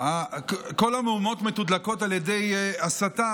כל המהומות מתודלקות על ידי הסתה,